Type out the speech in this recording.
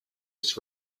its